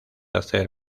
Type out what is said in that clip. hacer